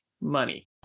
money